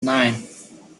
nine